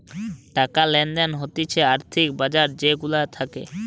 টাকা লেনদেন হতিছে আর্থিক বাজার যে গুলা থাকে